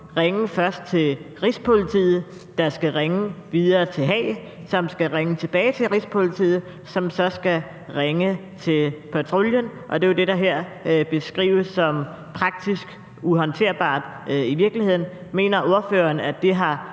ringe til Rigspolitiet, der skal ringe videre til Haag, hvorfra de skal ringe tilbage til Rigspolitiet, som så skal ringe til patruljen. For det er jo det, der her beskrives som praktisk uhåndterbart i virkeligheden. Mener ordføreren, at det har